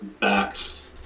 backs